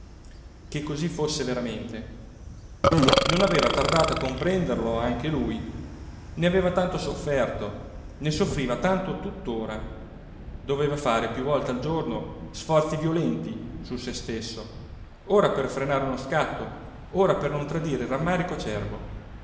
che cosí fosse veramente non aveva tardato a comprenderlo anche lui ne aveva tanto sofferto ne soffriva tanto tuttora doveva fare piú volte al giorno sforzi violenti su se stesso ora per frenare uno scatto ora per non tradire il rammarico acerbo